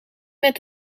met